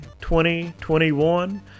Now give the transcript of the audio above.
2021